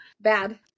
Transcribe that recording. Bad